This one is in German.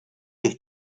durch